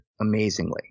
amazingly